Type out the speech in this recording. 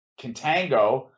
contango